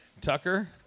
Tucker